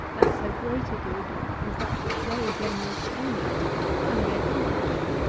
that so great a good as that which they generously aim at can be accomplished.